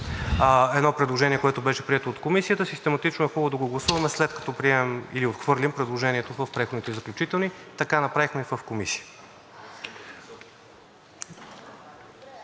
едно предложение, което беше прието от Комисията. Систематично е хубаво да го гласуваме, след като приемем или отхвърлим предложението в „Преходни и заключителни разпоредби“ – така направихме в Комисията.